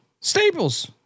Staples